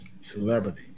Celebrity